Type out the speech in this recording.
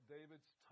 David's